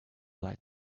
light